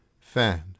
Fan